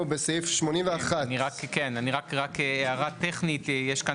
אנחנו בסעיף 81. רק הערה טכנית: יש כאן